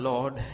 Lord